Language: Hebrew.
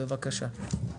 בבקשה.